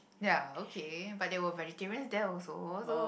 ya okay but there were vegetarians there also so